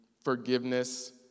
forgiveness